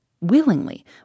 Willingly